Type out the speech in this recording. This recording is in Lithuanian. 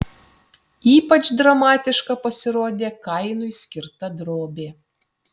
ypač dramatiška pasirodė kainui skirta drobė